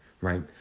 right